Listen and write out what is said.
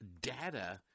data